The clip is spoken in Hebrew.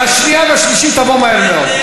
והשנייה והשלישית יבואו מהר מאוד.